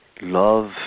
love